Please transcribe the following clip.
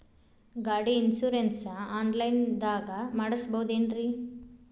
ಗಾಡಿ insurance online ದಾಗ ಮಾಡಸ್ಬಹುದೆನ್ರಿ?